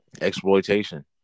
exploitation